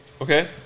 Okay